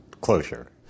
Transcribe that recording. closure